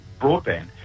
broadband